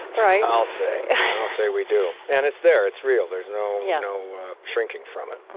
right? i'll say. i'll say we do. and it's there. it's real, there's no yeah no shrinking from it